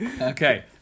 Okay